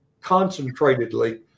concentratedly